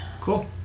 Cool